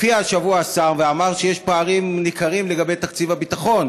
הופיע השבוע השר ואמר שיש פערים ניכרים לגבי תקציב הביטחון.